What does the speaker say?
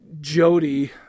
Jody